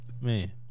Man